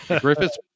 Griffiths